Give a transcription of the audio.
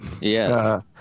Yes